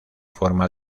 forma